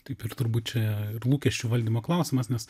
taip ir turbūt čia ir lūkesčių valdymo klausimas nes